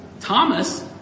Thomas